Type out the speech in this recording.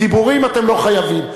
דיבורים אתם לא חייבים,